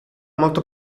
molto